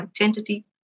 identity